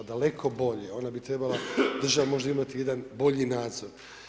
Daleko bolje, ona bi trebala, država možda imati jedan bolji nadzor.